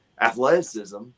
athleticism